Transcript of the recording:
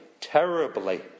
terribly